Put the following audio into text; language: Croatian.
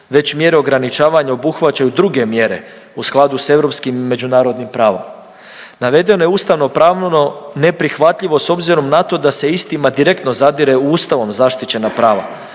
već mjere ograničavanja obuhvaćaju druge mjere u skladu s Europskim međunarodnim pravom. Navedeno je ustavnopravno neprihvatljivo s obzirom na to da se istima direktno zadire u ustavom zaštićena prava,